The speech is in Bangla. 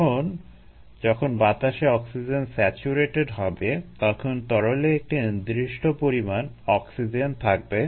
এখন যখন বাতাসে অক্সিজেন স্যাচুরেটেড হবে তখন তরলে একটি নির্দিষ্ট পরিমাণ অক্সিজেন থাকবে